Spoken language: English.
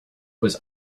was